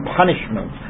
punishment